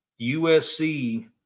USC